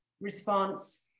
response